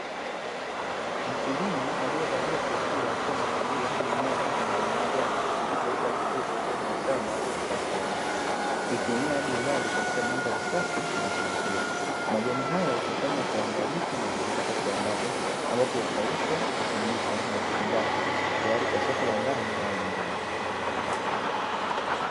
Mkulima aliyevalia kofia akiwa anakagua mimea ya mboga za majani ilizoota vizuri ndani ya shamba la kioo la ndani. Vilevile hadi mbali katika maeneo lisafi na ya kuvutia. Majani haya hukusanywa kwa uangalifu na kuchakatwa kiwandani, ambapo ukaushwa, kusindikwa na kufungashwa tayari kwa soko la ndani au nje ya nchi.